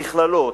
המכללות,